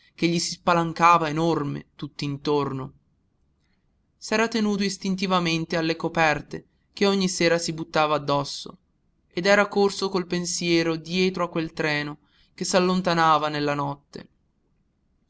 che gli si spalancava enorme tutt'intorno l'uomo solo luigi pirandello s'era tenuto istintivamente alle coperte che ogni sera si buttava addosso ed era corso col pensiero dietro a quel treno che s'allontanava nella notte